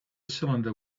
cylinder